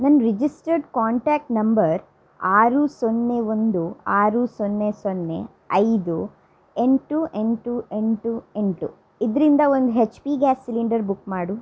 ನನ್ನ registered contact number ಆರು ಸೊನ್ನೆ ಒಂದು ಆರು ಸೊನ್ನೆ ಸೊನ್ನೆ ಐದು ಎಂಟು ಎಂಟು ಎಂಟು ಎಂಟು ಇದರಿಂದ ಒಂದು H P gas cylinder book ಮಾಡು